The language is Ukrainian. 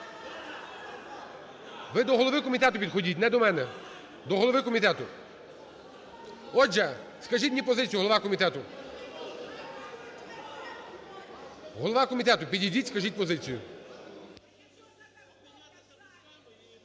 Ви до голови комітету підходіть, не до мене, до голови комітету. Отже, скажіть мені позицію, голова комітету? Голова комітету, підійдіть, скажіть позицію.